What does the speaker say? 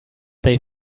they